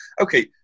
okay